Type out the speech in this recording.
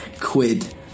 quid